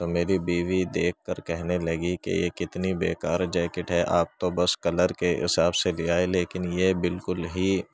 تو میری بیوی دیکھ کر کہنے لگی کہ یہ کتنی بیکار جیکٹ ہے آپ تو بس کلر کے حساب سے لے آئے لیکن یہ بالکل ہی